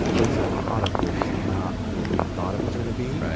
basically the product was not what we thought it was going to be.